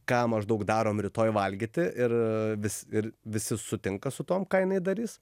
ką maždaug darom rytoj valgyti ir vis ir visi sutinka su tuom ką jinai darys